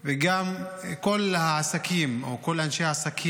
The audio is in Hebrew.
וגם כל העסקים או כל אנשי העסקים